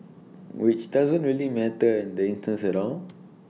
which doesn't really matter instance at all